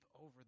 over